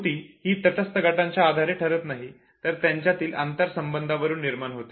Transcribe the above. स्मृती ही तटस्थ गटाच्या आधारे ठरत नाही तर त्यांच्यातील आंतरसंबंधावरून निर्माण होते